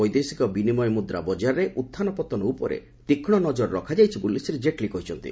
ବୈଦେଶିକ ବିନିମୟ ମୁଦ୍ରା ବଜାରରେ ଉତ୍ଥାନ ପତନ ଉପରେ ତୀକ୍ଷ୍ଣ ନଜର ରଖାଯାଇଛି ବୋଲି ଶ୍ରୀ କେଟ୍ଲୀ କହିଛନ୍ତି